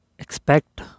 Expect